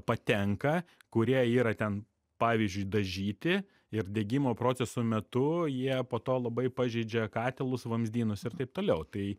patenka kurie yra ten pavyzdžiui dažyti ir degimo proceso metu jie po to labai pažeidžia katilus vamzdynus ir taip toliau tai